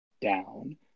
down